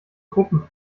gruppen